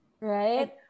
Right